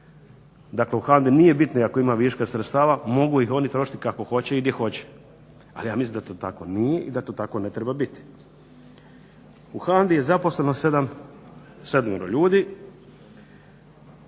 dakle u HANDA-i nije bitno i ako ima viška sredstava mogu ih oni trošiti kako hoće i di hoće ali ja mislim da to tako nije i da to tako ne treba biti. U HANDA-i je zaposleno 7 ljudi.